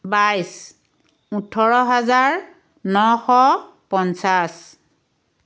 বাইছ ওঠৰ হাজাৰ নশ পঞ্চাছ